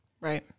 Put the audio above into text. Right